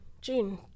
June